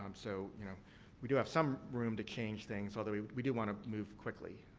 um so you know we do have some room to change things. although, we we do want to move quickly.